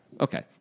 Okay